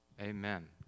Amen